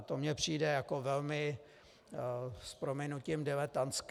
To mi přijde jako velmi, s prominutím, diletantské.